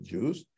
Jews